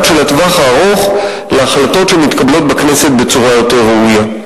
של הטווח הארוך להחלטות שמתקבלות בכנסת בצורה יותר ראויה.